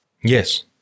Yes